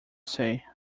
say